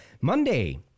Monday